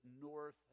north